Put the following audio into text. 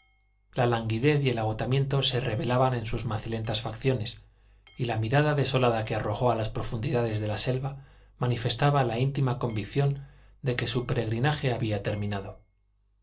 la languidez y el agotamiento se revelaban en sus macilentas facciones y la mirada desolada que arrojó a las profundidades de la selva manifestaba la íntima convicción de que su peregrinaje había terminado